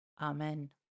Amen